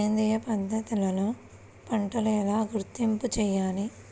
సేంద్రియ పద్ధతిలో పంటలు ఎలా గుర్తింపు చేయాలి?